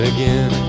Again